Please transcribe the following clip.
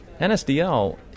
NSDL